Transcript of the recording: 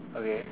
okay